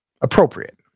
appropriate